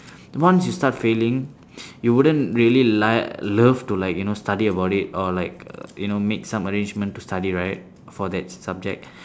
once you start failing you wouldn't really like love to like you know study about it or like you know make some arrangement to study right for that subject